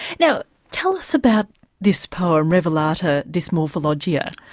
now tell us about this poem, revelata dysmorphologica?